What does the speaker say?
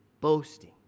boasting